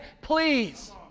please